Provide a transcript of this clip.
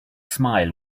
smile